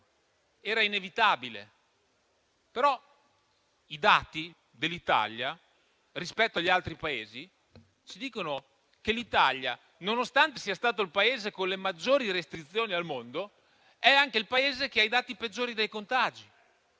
era inevitabile. Però i dati dell'Italia, rispetto agli altri Paesi, ci dicono che l'Italia, nonostante sia stato il Paese con le maggiori restrizioni al mondo, è anche il Paese che ha i dati peggiori per quanto